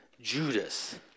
Judas